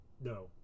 no